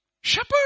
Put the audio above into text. shepherd